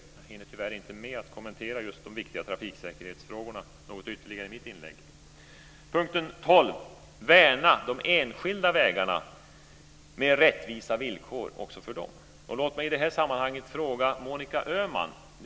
Jag hinner tyvärr inte kommentera just de viktiga trafiksäkerhetsfrågorna ytterligare i mitt inlägg. 12. Värna de enskilda vägarna med rättvisa villkor också för dem. Låt mig i det här sammanhanget ställa en fråga till Monica Öhman.